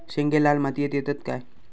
शेंगे लाल मातीयेत येतत काय?